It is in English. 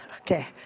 okay